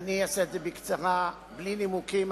אני אעשה את זה בקצרה ובלי נימוקים.